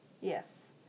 Yes